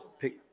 pick